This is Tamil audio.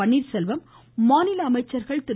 பன்னீர்செல்வம் மாநில அமைச்சர்கள் திரு